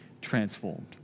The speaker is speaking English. transformed